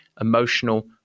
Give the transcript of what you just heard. emotional